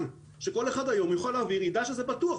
כך שכל אחד יוכל להעביר וידע שזה בטוח.